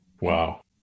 Wow